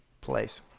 place